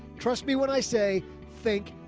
trust me when i say fake.